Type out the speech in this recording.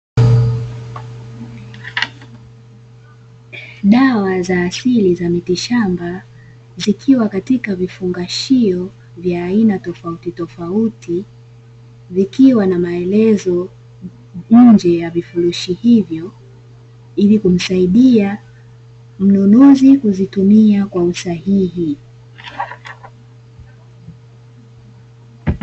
Dawa za asili za miti shamba zikiwa katika vifungashio vya aina tofautitofauti, vikiwa na maelezo nje ya vifurushi hivyo ili kumsaidia mnunuzi kuzitumia kwa usahihi.